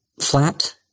flat